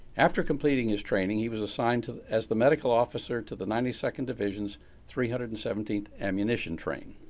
after completely his training, he was assigned to, as the medical officer to the ninety second division's three hundred and seventeenth ammunition train.